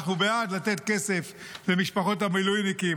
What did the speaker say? אנחנו בעד לתת כסף למשפחות המילואימניקים.